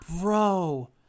Bro